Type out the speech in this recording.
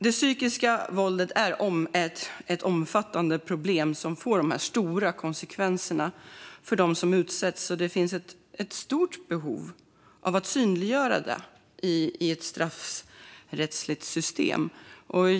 Det psykiska våldet är ett omfattande problem som leder till dessa stora konsekvenser för dem som utsätts. Det finns ett stort behov av att synliggöra det i ett straffrättsligt system.